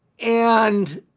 and